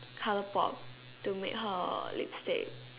ColourPop to make her lipstick